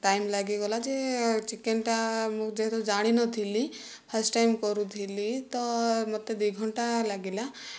time ଲାଗିଗଲା ଯେ ଚିକେନ୍ଟା ମୁଁ ଯେହେତୁ ମୁଁ ଜାଣିନଥିଲି ଫାଷ୍ଟ୍ ଟାଇମ୍ କରୁଥିଲି ତ ମୋତେ ଦୁଇ ଘଣ୍ଟା ଲାଗିଲା